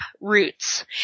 roots